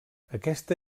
aquesta